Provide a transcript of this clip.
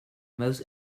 most